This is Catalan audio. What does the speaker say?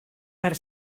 per